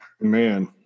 man